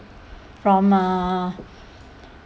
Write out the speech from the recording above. from uh